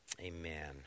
amen